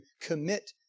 commit